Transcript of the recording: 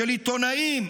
של עיתונאים,